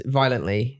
violently